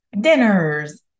dinners